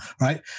right